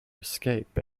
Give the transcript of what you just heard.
escape